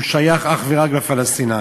הוא שייך אך ורק לפלסטינים.